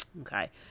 okay